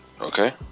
Okay